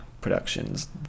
productions